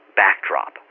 backdrop